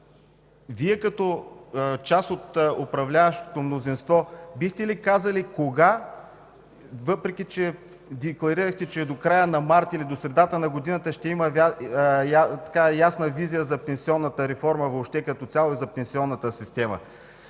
Вие като част от управляващото мнозинство бихте ли казали кога, въпреки че декларирахте – до края на март или до средата на годината, ще има ясна визия за пенсионната реформа въобще като цяло и за пенсионната система?